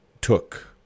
took